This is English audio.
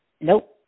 Nope